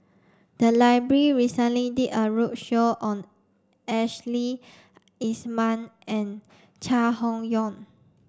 the recently did a roadshow on Ashley Isham and Chai Hon Yoong